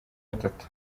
atatu